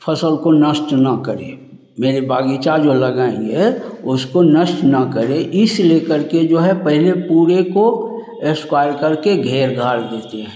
फसल को नष्ट ना करें मेरे बागीचा जो लगाएंगे उसको नष्ट ना करें इस लेकर के जो है पहले पूरे को एस्क्वायर करके घेर घार देते हैं